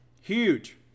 Huge